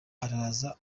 araza